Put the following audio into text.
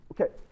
Okay